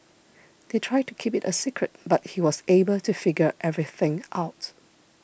they tried to keep it a secret but he was able to figure everything out